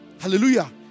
hallelujah